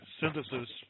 synthesis